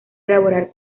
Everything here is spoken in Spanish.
elaborar